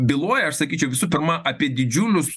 byloja aš sakyčiau visų pirma apie didžiulius